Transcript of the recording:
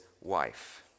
wife